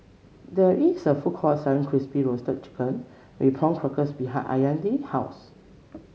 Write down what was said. there is a food court selling Crispy Roasted Chicken with Prawn Crackers behind Illya's house